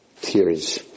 tears